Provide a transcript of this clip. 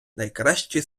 найкращий